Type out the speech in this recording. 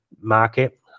market